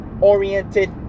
oriented